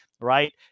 right